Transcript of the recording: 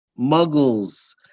muggles